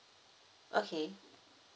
okay